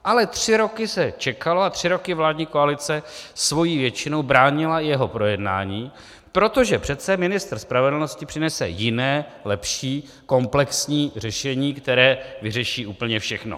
Ale tři roky se čekalo a tři roky vládní koalice svou většinou bránila jeho projednání, protože přece ministr spravedlnosti přinese jiné, lepší, komplexní řešení, které vyřeší úplně všechno.